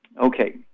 Okay